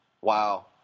Wow